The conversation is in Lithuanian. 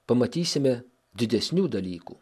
pamatysime didesnių dalykų